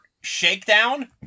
shakedown